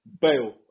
Bale